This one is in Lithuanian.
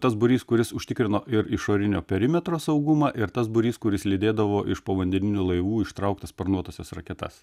tas būrys kuris užtikrino ir išorinio perimetro saugumą ir tas būrys kuris lydėdavo iš povandeninių laivų ištrauktas sparnuotąsias raketas